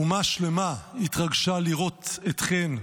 אומה שלמה התרגשה לראות אתכן,